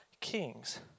kings